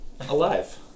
Alive